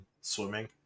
swimming